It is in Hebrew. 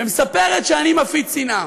ומספרת שאני מפיץ שנאה.